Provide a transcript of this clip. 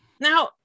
now